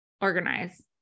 organize